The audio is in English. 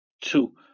Two